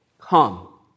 Come